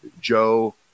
Joe